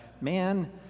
man